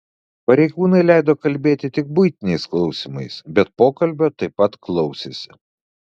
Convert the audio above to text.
pareigūnai leido kalbėti tik buitiniais klausimais bet pokalbio taip pat klausėsi